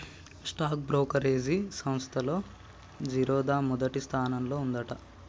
stock brokerage సంస్తల్లో జిరోదా మొదటి స్థానంలో ఉందంట